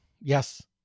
yes